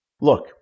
Look